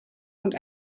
und